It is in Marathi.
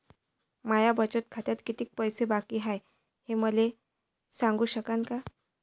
माया बचत खात्यात कितीक पैसे बाकी हाय, हे तुम्ही मले सांगू सकानं का?